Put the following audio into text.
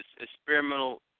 experimental